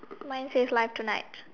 mine says live tonight